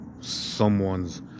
someone's